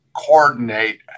coordinate